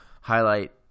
Highlight